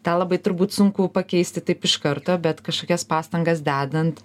tą labai turbūt sunku pakeisti taip iš karto bet kažkokias pastangas dedant